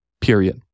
period